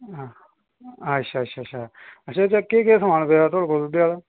अच्छा अच्छा अच्छा अच्छा केह् केह् समान पेदा थुआढ़े कोल दुद्धा आह्ला